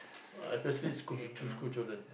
especially school school children